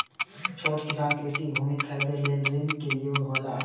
छोट किसान कृषि भूमि खरीदे लेल ऋण के योग्य हौला?